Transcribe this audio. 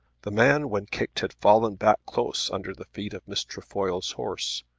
the man when kicked had fallen back close under the feet of miss trefoil's horse.